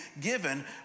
given